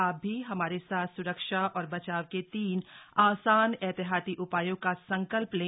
आप भी हमारे साथ स्रक्षा और बचाव के तीन आसान एहतियाती उपायों का संकल्प लें